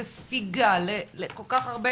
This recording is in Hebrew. לספיגה לכל כך הרבה